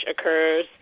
occurs